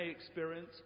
experience